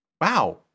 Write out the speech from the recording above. wow